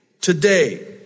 Today